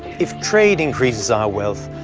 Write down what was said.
if trade increases our wealth,